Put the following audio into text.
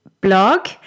blog